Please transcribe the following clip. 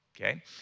okay